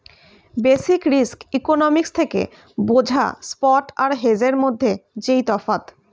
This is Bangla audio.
বেসিক রিস্ক ইকনোমিক্স থেকে বোঝা স্পট আর হেজের মধ্যে যেই তফাৎ